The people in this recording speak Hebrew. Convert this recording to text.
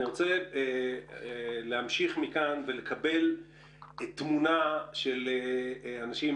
אני אשמח לקבל תמונה של אנשים